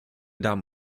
damen